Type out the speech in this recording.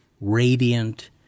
radiant